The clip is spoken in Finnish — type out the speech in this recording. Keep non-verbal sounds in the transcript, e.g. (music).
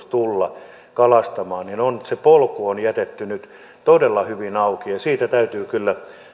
(unintelligible) tulla kalastamaan on jätetty nyt todella hyvin auki siitä täytyy kyllä